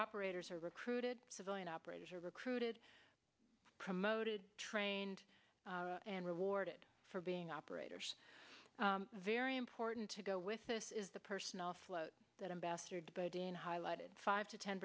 operators are recruited civilian operators are recruited promoted trained and rewarded for being operators very important to go with this is the personnel flow that i'm bastard but in highlighted five to ten